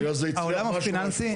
העולם הפיננסי,